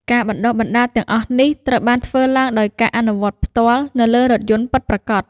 ការបណ្តុះបណ្តាលទាំងអស់នេះត្រូវបានធ្វើឡើងដោយការអនុវត្តផ្ទាល់នៅលើរថយន្តពិតប្រាកដ។